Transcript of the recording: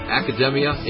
academia